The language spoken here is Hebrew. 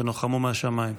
תנוחמו מהשמיים.